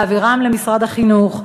להעבירם למשרד החינוך,